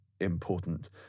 important